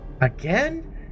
Again